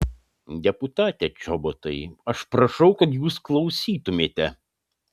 deputate čobotai aš prašau kad jūs klausytumėte